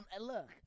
Look